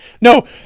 no